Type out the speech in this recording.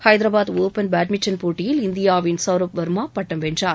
Hyderabad open badminton போட்டியில் இந்தியாவின் சவ்ரவ் வர்மா பட்டம் வென்றார்